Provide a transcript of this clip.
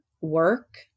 work